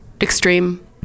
extreme